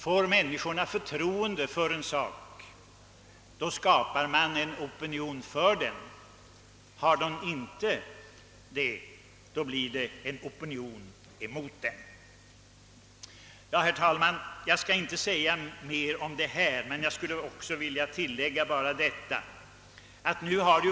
Får människorna förtroende för en sak, då skapar man en opinion för den. Har den inte förtroende, blir det en opinion mot denna sak. Herr talman!